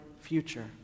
future